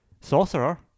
Sorcerer